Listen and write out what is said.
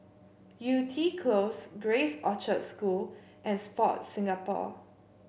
Yew Tee Close Grace Orchard School and Sport Singapore